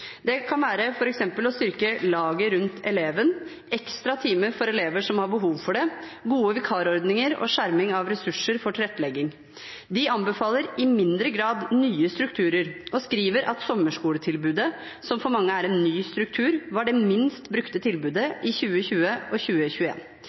Det kan være f.eks. å styrke laget rundt eleven, ekstra timer for elever som har behov for det, gode vikarordninger og skjerming av ressurser for tilrettelegging. De anbefaler i mindre grad nye strukturer og skriver at sommerskoletilbudet, som for mange er en ny struktur, var det minst brukte tilbudet